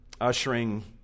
ushering